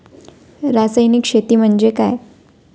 रासायनिक शेती म्हणजे काय?